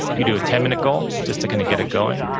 you do a ten minute goal just to kind of get it going.